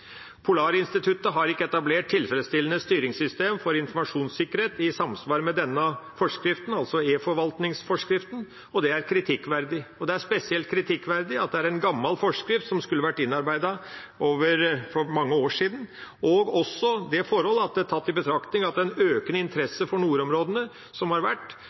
Polarinstituttet «har ikke etablert et tilfredsstillende styringssystem for informasjonssikkerhet» i samsvar med denne forskriften, altså eForvaltningsforskriften, og det er kritikkverdig. Det er spesielt kritikkverdig at det er en gammel forskrift som skulle vært innarbeidet for mange år siden, også tatt i betraktning at den økende interessen for nordområdene som har vært